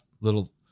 little